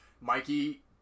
Mikey